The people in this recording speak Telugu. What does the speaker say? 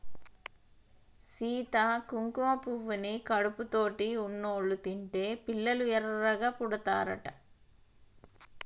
సీత కుంకుమ పువ్వుని కడుపుతోటి ఉన్నోళ్ళు తింటే పిల్లలు ఎర్రగా పుడతారట